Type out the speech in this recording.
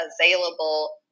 available